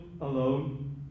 alone